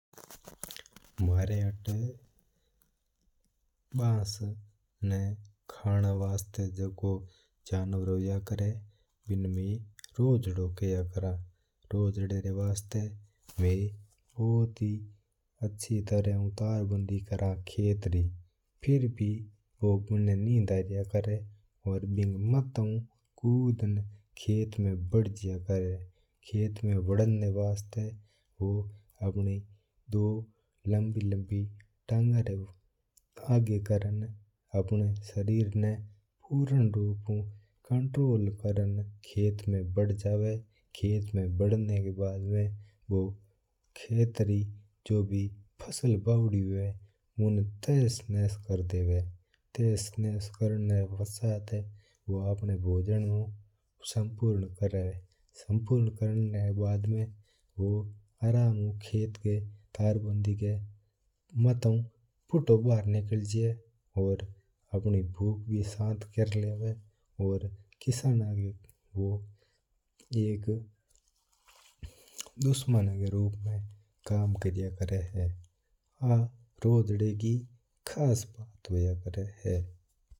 म्हारा आता बास्स ना खाना वास्ता झकोन जनवर होया करा है बिन्न में रोज़दो किया करां हां। रोज़दा री वास्ता में भुत ही अच्छी ट्रह ऊ तरबंदी करार खेत री फिर भी बू बिना नी धरिया करा है। बिंगा माता ऊ कुदन्न बू खेत में बड्ड जवा है खेत में बदन वास्ता वो अपनी दू लंबी लंबी टांगा रू आगे करर आपणा सरीर ना पूरा रूप हू कंट्रोल करन्न खेत में बड्ड जवा है। खेत में बदन बाद में बू खेत री जो भी फसल बैदी हुया बिना तहस नहस कर देवा है। तेहस्स नहस्स करना पश्चात बू खेत में तरबंदी रू पुटू बरा निकालल जवा है और अपनी भुक्क भी शांत कर लेवा है।